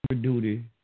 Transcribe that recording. duty